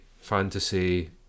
fantasy